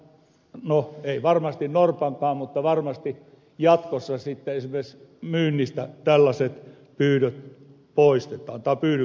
no ei varmasti norpankaan mutta varmasti jatkossa sitten esimerkiksi myynnistä tällaiset pyydykset poistetaan